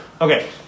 Okay